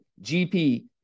GP